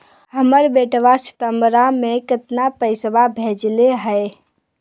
हमर बेटवा सितंबरा में कितना पैसवा भेजले हई?